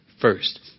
first